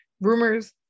rumors